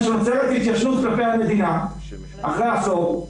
שנוצרת התיישנות כלפי המדינה אחרי עשור.